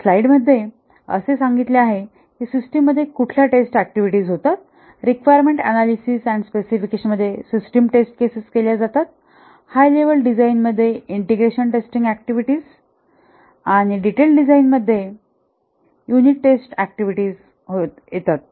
या स्लाईडमध्ये असे सांगितले आहे सिस्टिम मध्ये कुठल्या टेस्ट ऍक्टिव्हिटीज होतात रिक्वायरमेंट अनालिसिस अँड स्पेसिफिकेशन मध्ये सिस्टिम टेस्ट केसेस केल्या जातात हाय लेवल डिझाईन मध्ये इंटिग्रेशन टेस्टिंग ऍक्टिव्हिटीज आणि आणि डीटेल्ड डिझाईन मध्ये युनिट टेस्ट ऍक्टिव्हिटी येतात